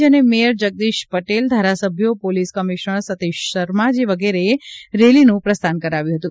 જેને મેયર જગદીશ પટેલ ધારાસભ્યો police commissioner Satish Sharma વગેરેએ આ રેલીનું પ્રસ્થાન કરાવ્યું હતું